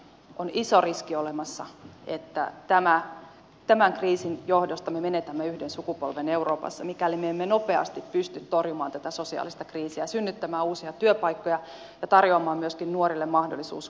on iso riski olemassa että me tämän kriisin johdosta menetämme yhden sukupolven euroopassa mikäli me emme nopeasti pysty torjumaan tätä sosiaalista kriisiä synnyttämään uusia työpaikkoja ja tarjoamaan myöskin nuorille mahdollisuutta kouluttautumiseen